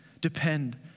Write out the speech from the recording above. depend